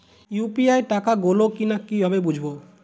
UPI টাকা গোল কিনা কিভাবে বুঝব?